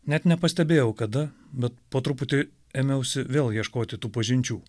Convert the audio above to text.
net nepastebėjau kada bet po truputį ėmiausi vėl ieškoti tų pažinčių